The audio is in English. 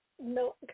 No